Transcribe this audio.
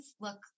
look